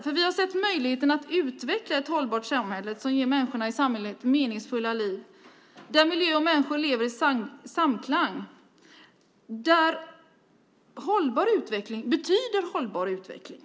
För vi har sett möjligheten att utveckla ett hållbart samhälle som ger människorna i samhället meningsfulla liv där miljö och människor lever i samklang, där hållbar utveckling betyder hållbar utveckling.